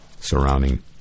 surrounding